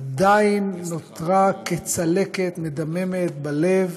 עדיין נותרה כצלקת מדממת בלב